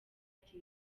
ati